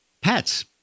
Pets